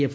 F